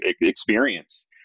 experience